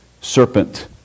serpent